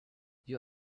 you